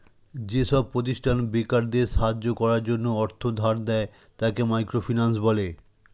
যেসব প্রতিষ্ঠান বেকারদের সাহায্য করার জন্য অর্থ ধার দেয়, তাকে মাইক্রো ফিন্যান্স বলে